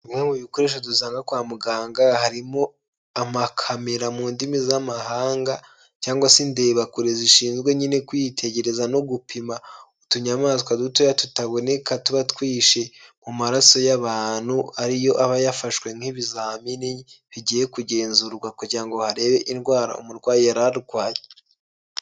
Bimwe mu bikoresho dusanga kwa muganga, harimo amakamera mu ndimi z'amahanga cyangwa se indebakure zishinzwe nyine kwiyitegereza no gupima utunyamaswa duto tutaboneka tuba twihishe mu maraso y'abantu ariyo aba yafashwe nk'ibizamini bigiye kugenzurwa kugira ngo barebe indwara umurwayi yari arwaye.